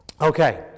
Okay